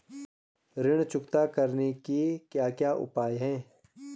ऋण चुकता करने के क्या क्या उपाय हैं?